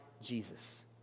Jesus